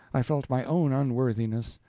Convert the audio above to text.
i felt my own unworthiness.